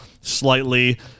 slightly